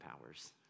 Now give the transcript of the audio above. powers